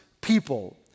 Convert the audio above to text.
people